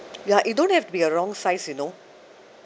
ya it don't have to be a wrong size you know